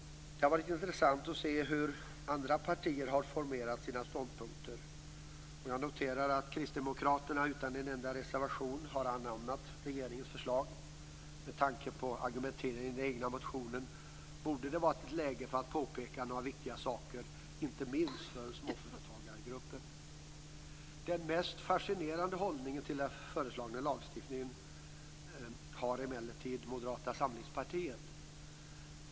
Det har varit intressant att se hur andra partier har formerat sig. Jag noterar att Kristdemokraterna utan en enda reservation har anammat regeringens förslag. Med tanke på argumenteringen i den egna motionen borde det ha varit läge att påpeka några viktiga saker, inte minst för småföretagargruppen. Den mest fascinerande hållningen till den föreslagna lagstiftningen har emellertid Moderata samlingspartiet.